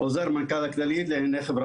ועוזר מנכ"ל כללית לענייני החברה